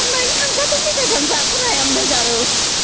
गान नायनो थांबाथ मेथाइफ्रानो जाखनो हायामोन जारौ